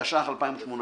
התשע"ח-2018,